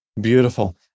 Beautiful